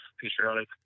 patriotic